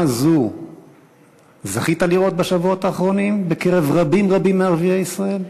הזו זכית לראות בשבועות האחרונים בקרב רבים-רבים מערביי ישראל?